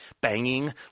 banging